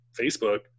Facebook